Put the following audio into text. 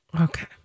Okay